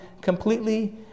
completely